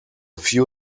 few